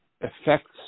affects